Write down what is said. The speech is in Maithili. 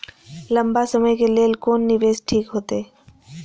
लंबा समय के लेल कोन निवेश ठीक होते?